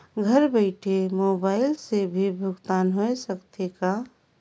घर बइठे मोबाईल से भी भुगतान होय सकथे का?